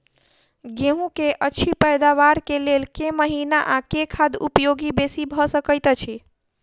गेंहूँ की अछि पैदावार केँ लेल केँ महीना आ केँ खाद उपयोगी बेसी भऽ सकैत अछि?